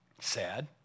Sad